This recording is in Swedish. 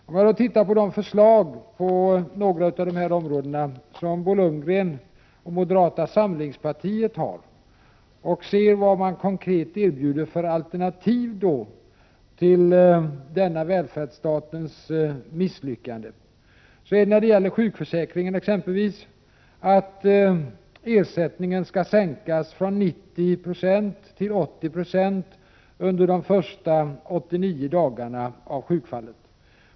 Om jag då tittar på de förslag på några av dessa områden som Bo Lundgren och moderata samlingspartiet har och ser vilka konkreta alternativ de erbjuder till detta välfärdsstatens misslyckande, finner jag att det när det gäller exempelvis sjukförsäkringen är att ersättningen skall sänkas från 90 till 80 96 under de första 89 dagarna av sjukfallet.